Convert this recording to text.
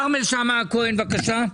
כרמל שאמה הכהן, בבקשה.